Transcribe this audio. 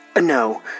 No